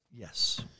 Yes